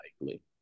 likely